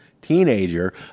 teenager